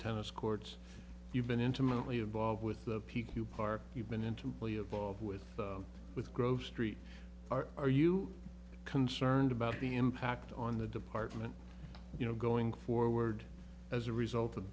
tennis courts you've been intimately involved with the people who are you've been intimately involved with with grove street are you concerned about the impact on the department you know going forward as a result of